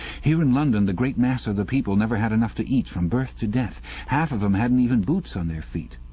here in london, the great mass of the people never had enough to eat from birth to death half of them hadn't even boots on their feet.